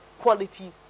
quality